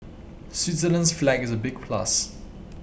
Switzerland's flag is a big plus